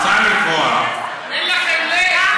מוצע לקבוע, אין לכם לב.